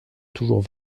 toujours